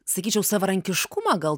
sakyčiau savarankiškumą gal